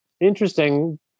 interesting